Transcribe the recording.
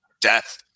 death